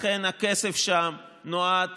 לכן, הכסף שם נועד